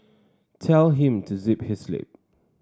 tell him to zip his lip